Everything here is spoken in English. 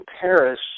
Paris